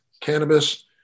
cannabis